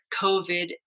COVID